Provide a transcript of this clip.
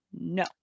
No